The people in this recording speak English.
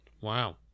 Wow